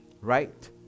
right